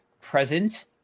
present